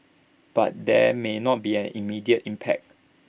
but there may not be an immediate impact